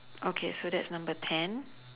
okay so that's number ten